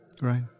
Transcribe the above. Right